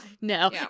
no